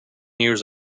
years